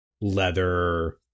leather